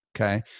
Okay